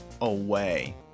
away